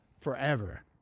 forever